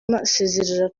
asezera